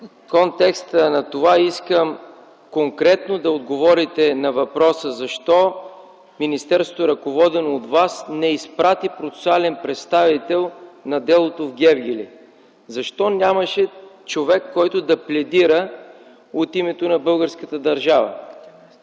В контекста на това искам конкретно да отговорите на въпроса: защо министерството, ръководено от Вас, не изпрати процесуален представител на делото в Гевгели? Защо нямаше човек, който да пледира от името на българската държава?